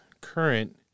current